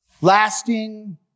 lasting